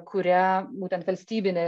kurią būtent valstybinė